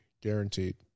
guaranteed